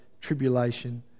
tribulation